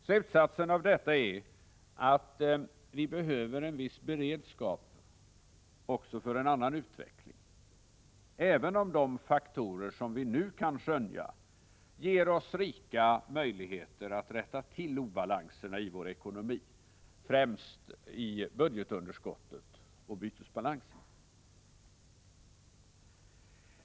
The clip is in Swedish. Slutsatsen av detta är att vi behöver en viss beredskap för en annan utveckling, även om de faktorer vi nu kan skönja ger oss rika möjligheter att rätta till obalanserna i vår ekonomi, främst i budgetunderskottet och bytesbalansen.